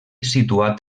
situat